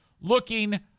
looking